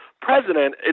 president